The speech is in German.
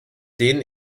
denen